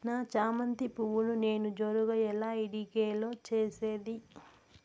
నా చామంతి పువ్వును నేను జోరుగా ఎలా ఇడిగే లో చేసేది?